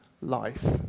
life